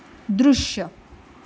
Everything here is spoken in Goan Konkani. दृश्य